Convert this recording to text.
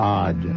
odd